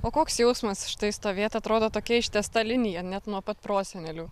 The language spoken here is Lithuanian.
o koks jausmas štai stovėt atrodo tokia ištęsta linija net nuo pat prosenelių